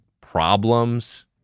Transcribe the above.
Problems